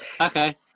Okay